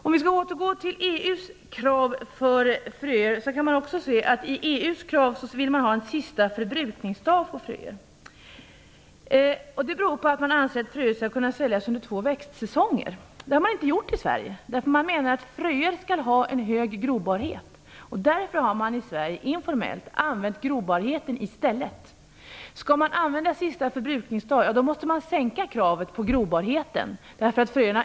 För att återgå till EU:s krav på fröer kan man också se att de innebär att man vill ha en sista förbrukningsdag angiven på fröförpackningar. Det beror på att man anser att fröerna skall kunna säljas under två växtsäsonger. Det kravet har man inte ställt i Sverige. Man menar att fröer skall ha en hög grobarhet, och därför har man informellt använt grobarheten i stället. Skall man tillämpa kravet sista förbrukningsdag, då måste man sänka kravet på grobarhet.